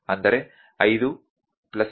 3 i